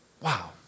Wow